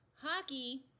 hockey